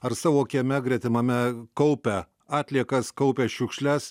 ar savo kieme gretimame kaupia atliekas kaupia šiukšles